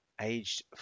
aged